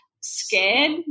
scared